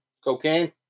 Cocaine